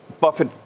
Buffett